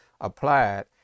applied